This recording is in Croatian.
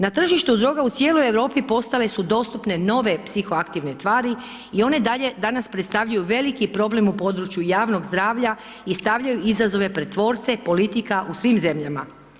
Na tržištu droga u cijeloj Europi postale su dostupne nove psihoaktivne tvari i one dalje danas predstavljaju velik problem u području javnog zdravlja i stavljaju izazove pred tvorce politika u svim zemljama.